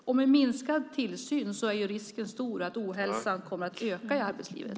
Och med minskad tillsyn är risken stor att ohälsan kommer att öka i arbetslivet.